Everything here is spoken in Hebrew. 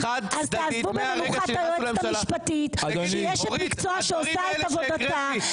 אז תעזבו במנוחה את היועצת המשפטית שהיא אשת מקצוע ועושה את עבודתה.